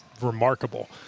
remarkable